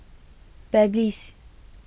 Babyliss